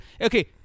Okay